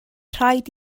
rhaid